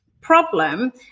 problem